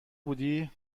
بودی